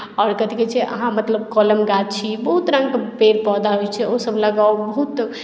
आओर कथी कहै छै अहाँ मतलब कलम गाछी मतलब बहुत रङ्गकेँ पेड़ पौधा होइ छै ओहो सभ लगाउ बहुत